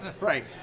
right